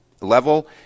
level